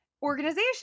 Organization